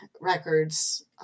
records